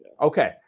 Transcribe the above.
okay